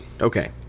Okay